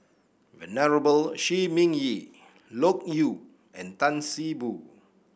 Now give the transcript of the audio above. Venerable Shi Ming Yi Loke Yew and Tan See Boo